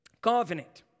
covenant